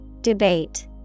Debate